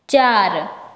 चार